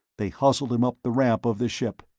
they hustled him up the ramp of the ship.